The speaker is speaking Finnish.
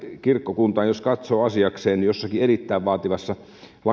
kirkkokunta jos katsoo asiakseen jossakin erittäin vaativassa